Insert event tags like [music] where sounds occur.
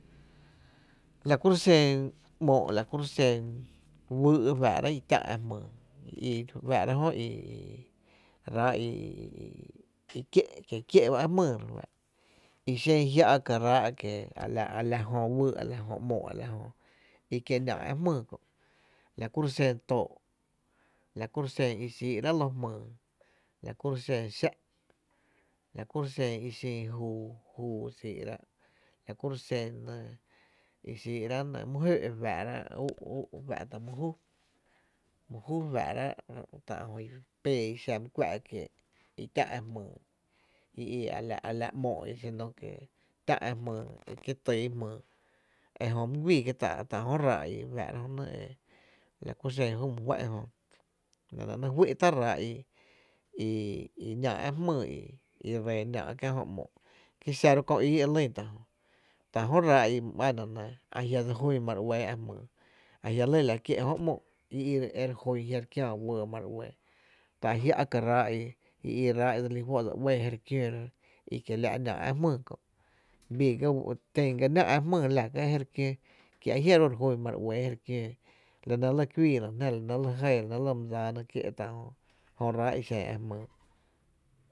La kuro’ xen ‘moo’, la kuro’ xen wýý’ fáá’rá’ y tá’ ä’ jmyy ii re fáá’ ra jö i [hesitation] i i kié’ i ké’ ba ä’ jmyy, i xen jia’ ka’ ráá’ i a la jö wýý’ a l jö ‘moo’ a la jö, i kie’ ‘náá’ ä’ jmýý kö’, la kuro’ xen too’ la kuro’ i xíí’ rá’ loo jmyy, la kuro’ xen xáá’ la kuru xen i xin juu, juu xíí’ ráá’, la kuro’ xen e nɇɇ i xíí’ rá’ nɇ my jöö’ re fáá’ra, úú’ my jú, mý jú fáá’rá’ tá’ jö i pee i xa my kuⱥ’ kiee’ i tä’ ä’ jmyy i i a la ‘moo i xino que tä’ ä’ jmyy ki týý jmyy e Jpo my my guíi kie’ tá’ jö ráá’ i re fáá’ra jö nɇ, la ku xen júú e my fá’n jö la nɇ ‘nɇ’ fý’ tá’ ráá’ i [hesitation] i náá’ ä’ jmýy i ree ‘náá’ kiä’ jö ‘moo, kí xa ro köö ii i lynta’ jö, tá’ jö ráá’ i my ‘ana nɇ, ajia’ dse jún ma re uɇɇ ä’ jmyy, a jia’ lɇ la’ kié’ jö ‘moo, e juna ajia’ re kiää’ eɇɇ ba mare uɇɇ, ta i jia’ ká’ ráá’ i. i i ba ráá’ i dse lí fó’ e dse uɇɇ, je ry kiöö i kie la’ e náá’ ä’ jmyy kö, bii ga tén ga náá’ ä’ jmyy e la ka’ je re kiöö kia jia’ ru’ re jun ma re uɇɇ je rey kiöö, la nɇ lɇ e kuii na jná, la nɇ lɇ jëë la nɇ lɇ my dsáá na e kiee’ tá’ jö ráá’ i xen ä’ jmyy.